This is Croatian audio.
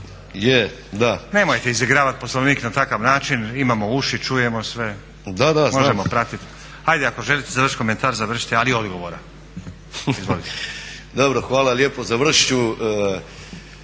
(SDP)** Nemojte izigravati Poslovnik na takav način, imamo uši, čujemo sve, možemo pratiti. Hajde ako želite završite komentar, završite, ali odgovora. Izvolite. **Novak,